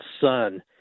son